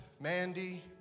Mandy